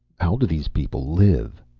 how do these people live?